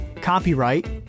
Copyright